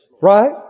Right